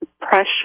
pressure